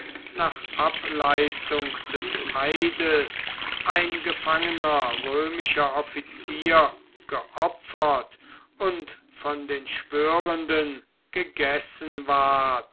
nach ableistung des eides ein gefangener römischer offizier geopfert und von den schwörenden gegessen ward